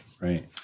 right